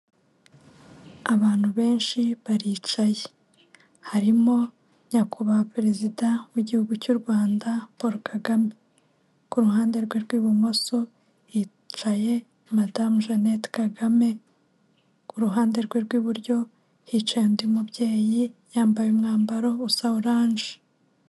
Abantu benshi baricaye harimo nyakubahwa perezida w'igihugu cy'u Rwanda Paul Kagame, ku ruhande rwe rw'ibumoso hicaye madamu Jeannette Kagame, ku ruhande rwe rw'iburyo hicaye undi mubyeyi yambaye umwambaro usa oranje.